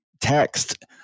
text